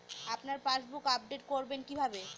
আপনার passbook update করবেন কিভাবে?